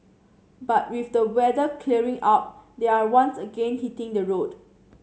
but with the weather clearing up they are once again hitting the road